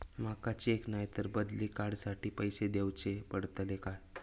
माका चेक नाय तर बदली कार्ड साठी पैसे दीवचे पडतले काय?